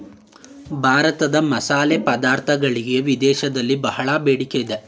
ಭಾರತದ ಮಸಾಲೆ ಪದಾರ್ಥಗಳಿಗೆ ವಿದೇಶದಲ್ಲಿ ಬಹಳ ಬೇಡಿಕೆ ಇದೆ